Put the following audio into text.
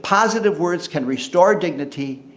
positive words can restore dignity,